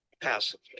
passively